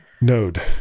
node